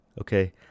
okay